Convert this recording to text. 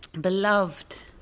beloved